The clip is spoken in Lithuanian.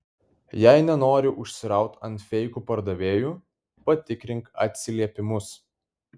jei nenori užsiraut ant feikų pardavėjų patikrink atsiliepimus